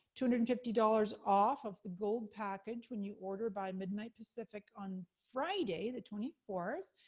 two hundred and fifty dollars off of the gold package, when you order by midnight pacific on friday, the twenty fourth.